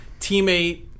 teammate